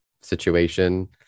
situation